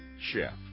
Chef